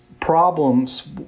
problems